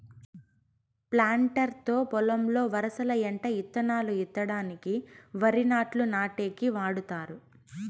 planter తో పొలంలో వరసల ఎంట ఇత్తనాలు ఇత్తడానికి, వరి నాట్లు నాటేకి వాడతారు